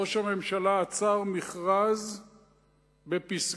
ראש הממשלה עצר מכרז בפסגת-זאב,